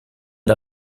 der